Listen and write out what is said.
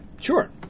sure